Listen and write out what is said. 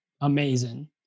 amazing